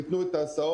תתנו את ההסעות".